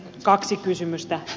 kaksi kysymystä